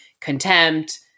contempt